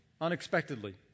unexpectedly